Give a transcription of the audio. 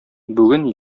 бүген